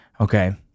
okay